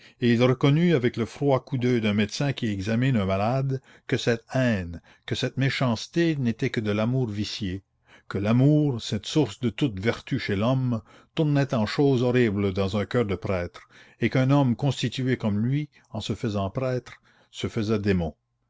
et il reconnut avec le froid coup d'oeil d'un médecin qui examine un malade que cette haine que cette méchanceté n'étaient que de l'amour vicié que l'amour cette source de toute vertu chez l'homme tournait en choses horribles dans un coeur de prêtre et qu'un homme constitué comme lui en se faisant prêtre se faisait démon